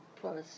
Plus